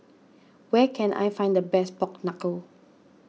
where can I find the best Pork Knuckle